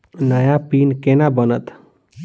नया पिन केना बनत?